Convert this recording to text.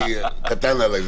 גדול עליי,